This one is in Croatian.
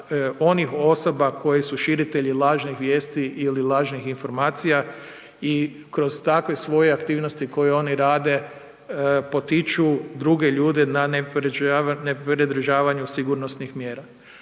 onih osoba koje su širitelji lažnih vijesti ili lažnih informacija i kroz takve svoje aktivnosti koje oni rade potiču druge ljude na nepridržavanje od sigurnosnih mjera.